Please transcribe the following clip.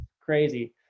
Crazy